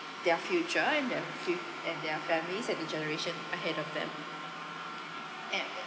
their future and their fu~ and their families and the generation ahead of them and